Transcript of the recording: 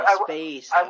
space